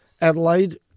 Adelaide